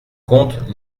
compte